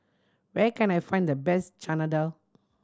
where can I find the best Chana Dal